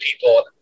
people